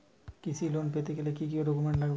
কৃষি লোন পেতে গেলে কি কি ডকুমেন্ট লাগবে?